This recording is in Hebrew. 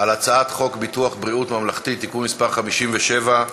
על הצעת חוק ביטוח בריאות ממלכתי (תיקון מס' 57)